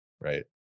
right